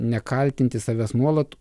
nekaltinti savęs nuolat